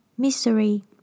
misery